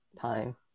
time